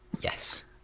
Yes